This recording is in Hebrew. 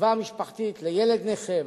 הקצבה המשפחתית לילד נכה,